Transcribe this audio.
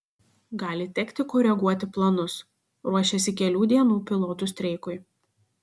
gali tekti koreguoti planus ruošiasi kelių dienų pilotų streikui